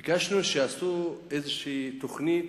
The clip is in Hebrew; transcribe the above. ביקשנו שיעשו איזו תוכנית